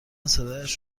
صدایش